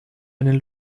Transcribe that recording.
einen